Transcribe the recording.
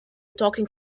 talking